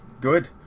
good